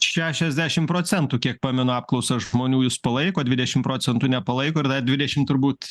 šešiasdešim procentų kiek pamenu apklausas žmonių jus palaiko dvidešim procentų nepalaiko ir dar dvidešim turbūt